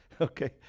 Okay